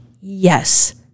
yes